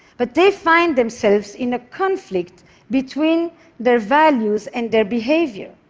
but they find themselves in a conflict between their values and their behavior.